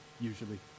usually